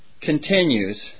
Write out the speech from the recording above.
continues